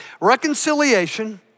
Reconciliation